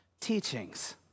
teachings